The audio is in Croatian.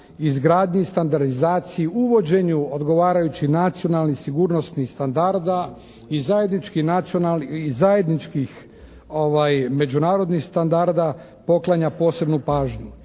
izgradnji, standardizaciji, uvođenju odgovarajućih nacionalnih sigurnosnih standarda i zajedničkih međunarodnih standarda poklanja posebnu pažnju.